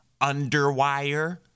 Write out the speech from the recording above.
Underwire